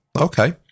Okay